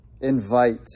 Invite